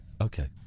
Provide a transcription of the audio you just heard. okay